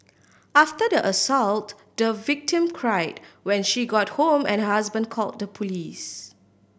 after the assault the victim cried when she got home and her husband call the police